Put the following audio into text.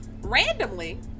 randomly